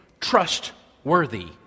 trustworthy